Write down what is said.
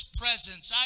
presence